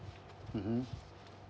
mmhmm